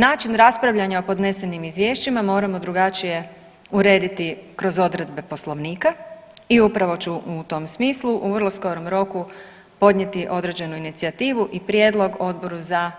Način raspravljanja o podnesenim izvješćima moramo drugačije urediti kroz odredbe Poslovnika i upravo ću u tom smislu u vrlo skorom roku podnijeti određenu inicijativu i prijedlog Odboru za